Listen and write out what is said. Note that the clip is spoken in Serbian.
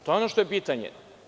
To je ono što je pitanje.